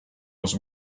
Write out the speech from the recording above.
was